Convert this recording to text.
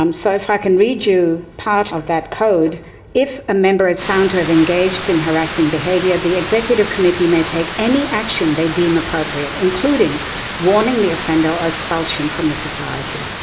um so if i can read you part of that code if a member is found to have engaged in harassing behaviour, the executive committee may take any action they deem appropriate, including warning the offender or expulsion from the society.